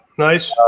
nice.